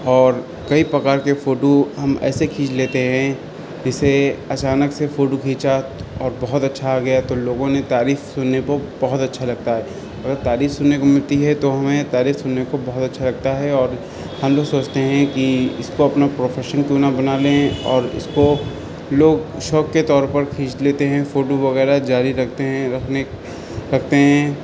اور کئی پرکار کے فوٹو ہم ایسے کھینچ لیتے ہیں جیسے اچانک سے فوٹو کھینچا اور بہت اچھا آ گیا تو لوگوں نے تعریف سننے پر بہت اچھا لگتا ہے اگر تعریف سننے کو ملتی ہے تو ہمیں تعریف سننے کو بہت اچھا لگتا ہے اور ہم لوگ سوچتے ہیں کہ اس کو اپنا پروفیشن کیوں نہ بنا لیں اور اس کو لوگ شوق کے طور پر کھینچ لیتے ہیں فوٹو وغیرہ جاری رکھتے ہیں رکھنے رکھتے ہیں